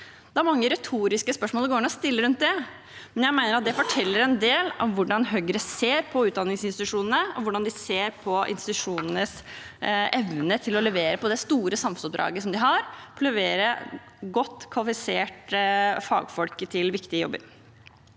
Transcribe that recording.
Det er mange retoriske spørsmål det går an å stille rundt det, men jeg mener det forteller en del om hvordan Høyre ser på utdanningsinstitusjonene, og hvordan de ser på institusjonenes evne til å levere på det store samfunnsoppdraget de har: å levere godt kvalifiserte fagfolk til viktige jobber.